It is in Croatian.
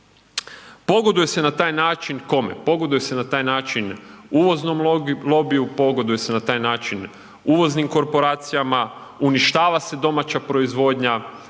pogoduje se na taj način uvoznim korporacijama, uništava se domaća proizvodnja,